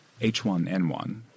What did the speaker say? H1N1